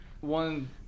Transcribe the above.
one